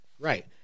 right